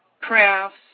crafts